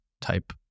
type